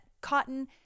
cotton